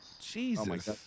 Jesus